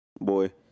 boy